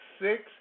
six